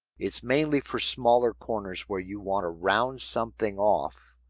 it's mainly for smaller corners where you want to round something off.